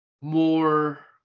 more